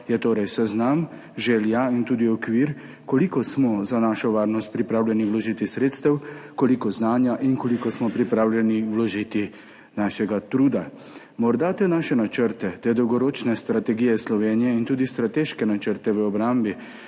Je torej seznam želja in tudi okvir, koliko smo za našo varnost pripravljeni vložiti sredstev, koliko znanja in koliko smo pripravljeni vložiti našega truda. Morda te naše načrte, te dolgoročne strategije Slovenije in tudi strateške načrte v obrambi